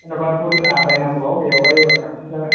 जेनेबा बुरजा बायनांगौब्ला बबेयाव बायोबा साबसिन जागोन